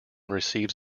receives